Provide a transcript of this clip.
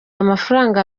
amafaranga